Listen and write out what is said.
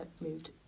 moved